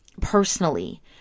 personally